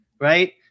right